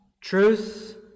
Truth